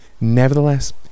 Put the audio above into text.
nevertheless